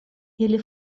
ili